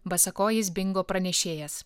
basakojis bingo pranešėjas